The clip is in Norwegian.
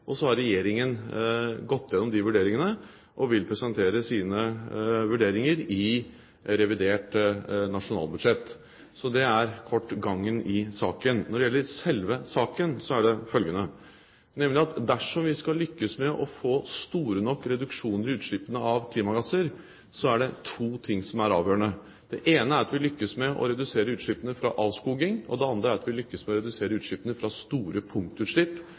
Og så har Regjeringen gått igjennom de vurderingene og vil presentere sine vurderinger i revidert nasjonalbudsjett. Så det er, kort, gangen i saken. Når det gjelder selve saken, er den følgende: Dersom vi skal lykkes med å få store nok reduksjoner i utslippene av klimagasser, er det to ting som er avgjørende. Det ene er at vi lykkes med å redusere utslippene fra avskoging, og det andre er at vi lykkes med å redusere utslippene fra store punktutslipp,